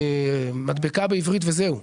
מדבקה בעברית וזהו.